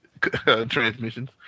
transmissions